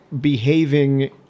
behaving